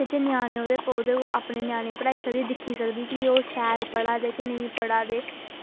जे ञ्यानें ओह्दे होङन ते उसी पढ़ाई सकदी ते दिक्खी सकदे की ओह् शैल पढ़ा दे जां नेईं पढ़ा दे